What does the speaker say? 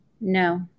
No